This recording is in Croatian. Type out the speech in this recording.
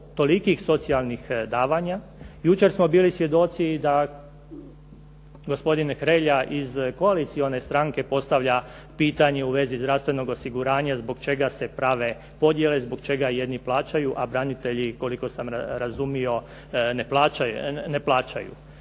tolikih socijalnih davanja. Jučer smo bili svjedoci da gospodin Hrelja iz koalicijske stranke postavlja pitanje u vezi zdravstvenog osiguranja, zbog čega se prave podjele, zbog čega jedni plaćaju, a branitelji koliko sam razumio ne plaćaju.